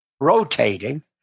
rotating